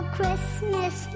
Christmas